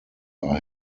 are